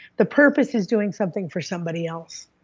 the purpose is doing something for somebody else.